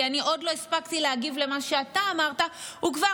כי אני עוד לא הספקתי להגיב למה שאתה אמרת וכבר